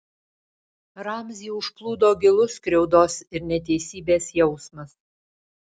ramzį užplūdo gilus skriaudos ir neteisybės jausmas